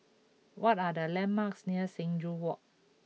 what are the landmarks near Sing Joo Walk